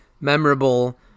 memorable